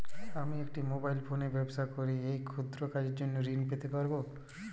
আমি একটি মোবাইল ফোনে ব্যবসা করি এই ক্ষুদ্র কাজের জন্য ঋণ পেতে পারব?